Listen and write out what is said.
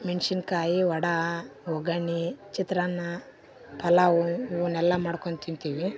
ಮೆಣ್ಸಿನ ಕಾಯಿ ವಡಾ ಒಗ್ಗರಣೆ ಚಿತ್ರಾನ್ನ ಪಲಾವು ಇವುನ್ನೆಲ್ಲ ಮಾಡ್ಕೊಂಡು ತಿಂತೀವಿ